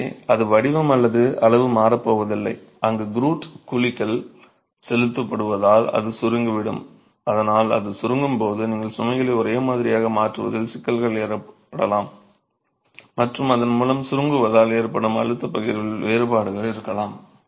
எனவே அது வடிவம் அல்லது அளவு மாறப்போவதில்லை அங்கு க்ரூட் குழிக்குள் செலுத்தப்படுவதால் அது சுருங்கிவிடும் அதனால் அது சுருங்கும் போது நீங்கள் சுமைகளை ஒரே மாதிரியாக மாற்றுவதில் சிக்கல்கள் ஏற்படலாம் மற்றும் அதன் மூலம் சுருங்குவதால் ஏற்படும் அழுத்த பகிர்வில் வேறுபாடுகள் இருக்கலாம்